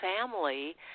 family